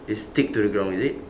it's stick to the ground is it